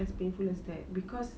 as painful as that cause